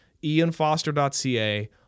IanFoster.ca